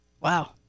Wow